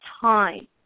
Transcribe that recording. time